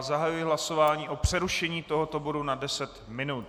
Zahajuji hlasování o přerušení tohoto bodu na 10 minut.